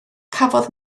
cafodd